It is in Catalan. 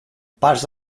pas